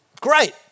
Great